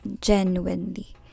genuinely